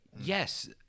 yes